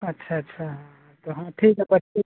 अच्छा अच्छा हाँ तो हाँ ठीक है बच्चे